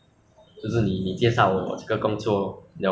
里面时候我看到你按什么 temperature scanner 没有 eh